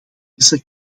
deze